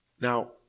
Now